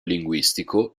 linguistico